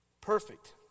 perfect